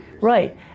right